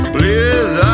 Please